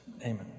Amen